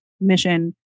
mission